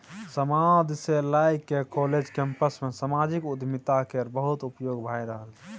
समाद सँ लए कए काँलेज कैंपस मे समाजिक उद्यमिता केर बहुत उपयोग भए रहल छै